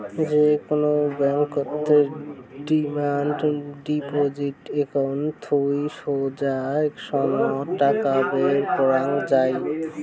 যে কুনো ব্যাংকতের ডিমান্ড ডিপজিট একাউন্ট থুই সোগায় সময়ত টাকা বের করাঙ যাই